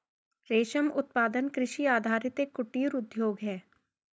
रेशम उत्पादन कृषि आधारित एक कुटीर उद्योग है